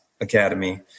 Academy